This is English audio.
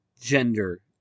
gender